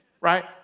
Right